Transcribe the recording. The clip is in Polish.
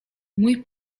mój